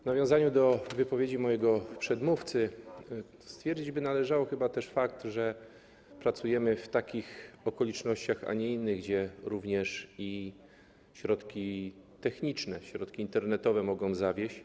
W nawiązaniu do wypowiedzi mojego przedmówcy stwierdzić by należało chyba też fakt, że pracujemy w okolicznościach takich, a nie innych, gdy również środki techniczne, środki internetowe mogą zawieść.